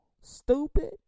stupid